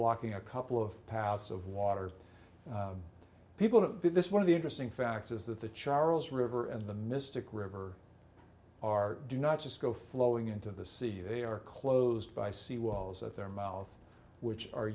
blocking a couple of paths of water people have been this one of the interesting facts is that the charles river and the mystic river are do not just go flowing into the sea they are closed by sea walls at their mouth which are